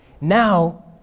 Now